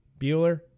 Bueller